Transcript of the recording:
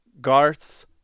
Garth's